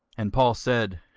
and paul said,